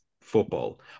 football